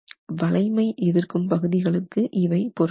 வளைமை எதிர்க்கும் பகுதிகளுக்கு இவை பொருந்தாது